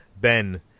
Ben